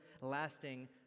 lasting